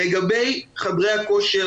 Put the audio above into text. לגבי חדרי הכושר.